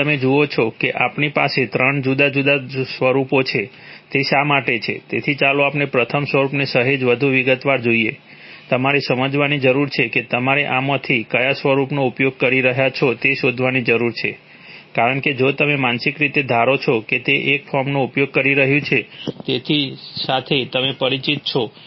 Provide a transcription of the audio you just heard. તેથી તમે જુઓ છો કે આપણી પાસે ત્રણ જુદા જુદા સ્વરૂપો છે તે શા માટે છે તેથી ચાલો આપણે પ્રથમ સ્વરૂપને સહેજ વધુ વિગતવાર જોઈએ તમારે સમજવાની જરૂર છે કે તમારે આમાંથી કયા સ્વરૂપોનો ઉપયોગ કરી રહ્યો છે તે શોધવાની જરૂર છે કારણ કે જો તમે માનસિક રીતે ધારો છો કે તે એક ફોર્મનો ઉપયોગ કરી રહ્યું છે જેની સાથે તમે પરિચિત છો